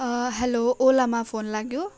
hello ओलामा phone लाग्यो